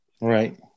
right